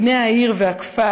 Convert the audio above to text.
בני העיר והכפר,